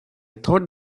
thought